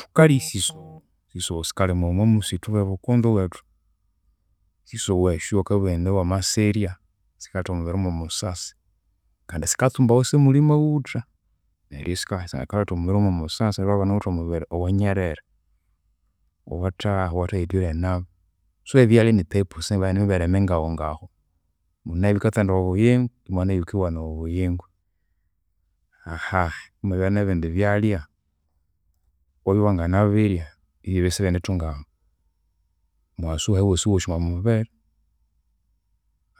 Thukalya esisogho. Esisogho likalimawa omwamusithu omwamusithu mwebukonzo ewethu. Esisogho esyu bakabugha indi wamasirya, sikaletha omwamubiri mwomusasi kandi sikatsumbawa isimuli maghutha, neryo isyo sika sikaletha omwamubiri momusasi neru iwabana ighunawithe omubiri owanyirire, owatha owathayithwire nabi. So ebyalya ni type si- nimibere mingahungahu, mune ebikatsandaya obuyingo, imwabya nebikiwanaya obuyingo. Imwabya nebindi byalya, iwabya iwanginabirya ibyabya isibyendithunga mughasu wosiwosi omwamubiri.